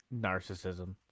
Narcissism